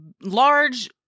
large